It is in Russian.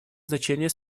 значение